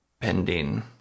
pending